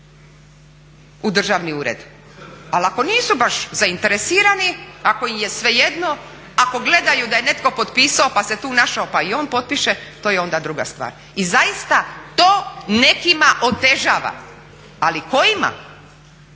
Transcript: u državni ured ali ako nisu baš zainteresirani, ako im je svejedno, ako gledaju da je netko potpisao, pa se tu našao pa i on potpiše to je onda druga stvar. I zaista to nekima otežava, ali kojima,